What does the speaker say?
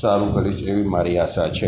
સારું કરીશ એવી મારી આશા છે